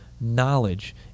knowledge